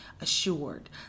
assured